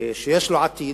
שיש לו עתיד,